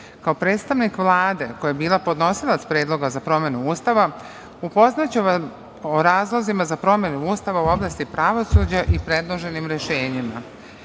predstavnik Vlade koja je bila podnosilac Predloga za promenu Ustava, upoznaću vas o razlozima za promenu Ustava u oblasti pravosuđa i predloženim rešenjima.